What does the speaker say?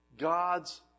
God's